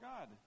God